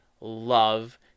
love